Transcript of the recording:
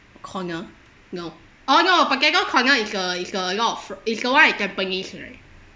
corner no oh no potato corner is a is a a lot of is the one japanese right